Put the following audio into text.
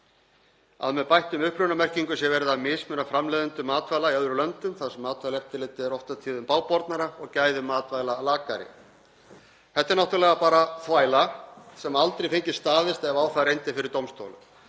að með bættum upprunamerkingum sé verið að mismuna framleiðendum matvæla í öðrum löndum þar sem matvælaeftirlitið er oft á tíðum bágbornara og gæði matvæla lakari. Þetta er náttúrlega bara þvæla sem aldrei fengi staðist ef á það reyndi fyrir dómstólum,